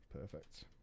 perfect